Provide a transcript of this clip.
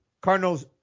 Cardinals